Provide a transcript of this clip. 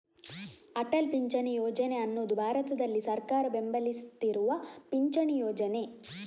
ಅಟಲ್ ಪಿಂಚಣಿ ಯೋಜನೆ ಅನ್ನುದು ಭಾರತದಲ್ಲಿ ಸರ್ಕಾರ ಬೆಂಬಲಿಸ್ತಿರುವ ಪಿಂಚಣಿ ಯೋಜನೆ